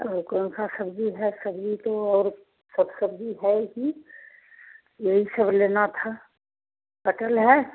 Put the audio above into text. और कौन सी सब्ज़ी है सब्ज़ी तो और सब सब्ज़ी है ही यही सब लेना था पटल है